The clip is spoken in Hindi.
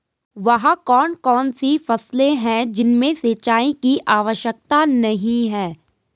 वह कौन कौन सी फसलें हैं जिनमें सिंचाई की आवश्यकता नहीं है?